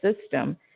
system